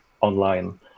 online